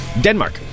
Denmark